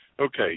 Okay